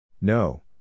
No